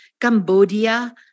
Cambodia